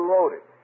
Loaded